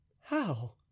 How